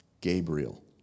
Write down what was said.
Gabriel